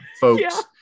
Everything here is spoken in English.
folks